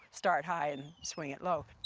start high and swing it low.